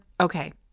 Okay